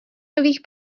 nových